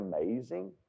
amazing